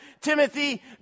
Timothy